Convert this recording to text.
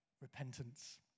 repentance